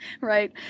right